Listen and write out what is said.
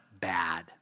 bad